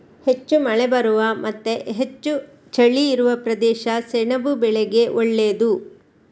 ಹೆಚ್ಚು ಮಳೆ ಬರುವ ಮತ್ತೆ ಹೆಚ್ಚು ಚಳಿ ಇರುವ ಪ್ರದೇಶ ಸೆಣಬು ಬೆಳೆಗೆ ಒಳ್ಳೇದು